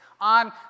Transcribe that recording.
on